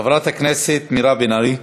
חברת הכנסת מירב בן ארי.